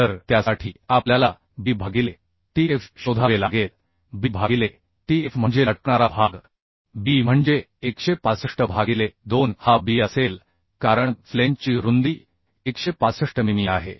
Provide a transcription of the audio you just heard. तर त्यासाठी आपल्याला b भागिले t f शोधावे लागेल b भागिले t f म्हणजे लटकणारा भाग b म्हणजे 165 भागिले 2 हा b असेल कारण फ्लेंजची रुंदी 165 मिमी आहे